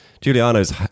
Giuliano's